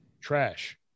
Trash